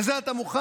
לזה אתה מוכן?